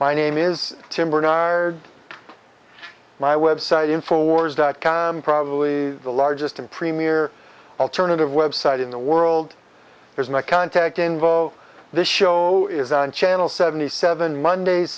by name is tim bernard my website informs dot com probably the largest and premier alternative website in the world there's an eye contact involved this show is on channel seventy seven monday